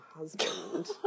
husband